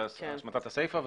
והשני השמטת הסיפא.